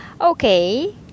Okay